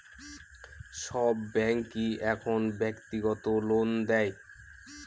সব ব্যাঙ্কই এখন ব্যক্তিগত লোন দেয়